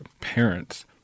parents